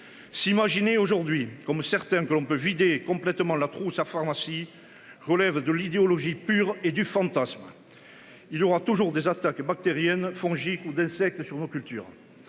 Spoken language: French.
S'imaginer aujourd'hui comme certains que l'on peut vider complètement la trousse à pharmacie relève de l'idéologie pure et du fantasme. Il y aura toujours des attaques bactériennes, fongiques ou d'insectes sur nos cultures.